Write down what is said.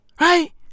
right